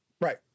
Right